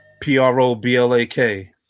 p-r-o-b-l-a-k